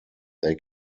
they